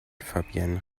fabienne